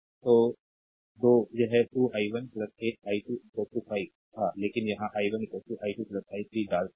तो 2 यह 2 i1 8 i2 5 था लेकिन यहां i1 i2 i3 डाल रहे हैं